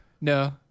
no